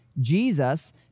Jesus